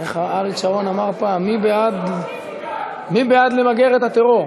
איך אריק שרון אמר פעם, מי בעד למגר את הטרור?